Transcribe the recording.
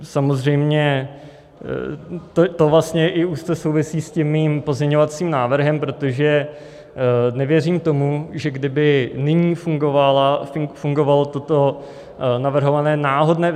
Samozřejmě to vlastně i úzce souvisí s mým pozměňovacím návrhem, protože nevěřím tomu, že kdyby nyní fungovalo toto navrhované náhodné...